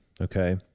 okay